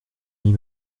mis